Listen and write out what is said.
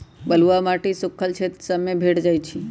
बलुआ माटी सुख्खल क्षेत्र सभ में भेंट जाइ छइ